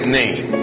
name